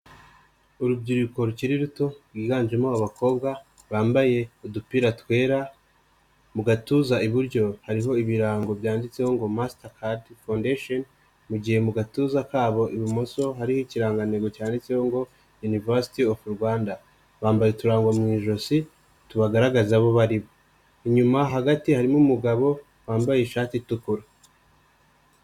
Urubyiruko rukiri ruto rwiganjemo abakobwa bambaye udupira twera, mu gatuza iburyo hariho ibirango byanditseho ngo masita kadi fondesheni mu mugihe mu gatuza kabo ibumoso hariho ikirangango cyanditseho ngo Yunivasiti ofu Rwanda. Bambaye uturango mu ijosi tubagaragaza abo baribo, inyuma hagati harimo umugabo wambaye ishati itukura.